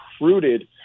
recruited